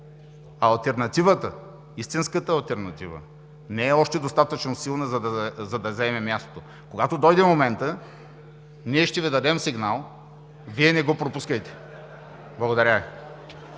а алтернативата, истинската алтернатива, не е още достатъчно силна, за да заеме мястото. Когато дойде моментът, ние ще Ви дадем сигнал, Вие не го пропускайте. Благодаря